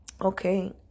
okay